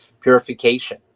purification